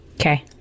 Okay